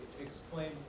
explain